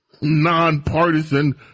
nonpartisan